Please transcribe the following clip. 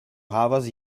havas